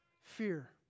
fear